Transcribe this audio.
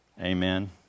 amen